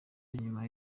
nyuma